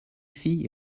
fille